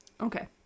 Okay